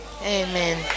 Amen